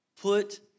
put